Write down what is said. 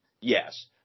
Yes